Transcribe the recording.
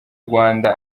rwanda